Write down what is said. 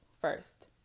First